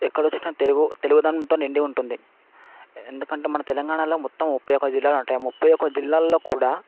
ఎక్కడ చూసినా తెలుగు తెలుగుదనంతో నిండి ఉంటుంది ఎందుకంటే మన తెలంగాణాలో మొత్తం ముప్పై ఒక జిల్లాలుంటాయి ముప్పై ఒక జిల్లాల్లో కూడా